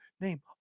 name